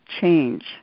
change